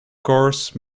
course